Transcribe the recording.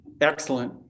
Excellent